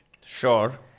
sure